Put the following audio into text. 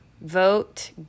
Vote